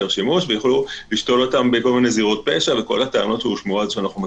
ויוכלו לשתול אותן בכל מיני זירות פשע וכל הטענות שאנו מכירים.